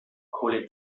kohle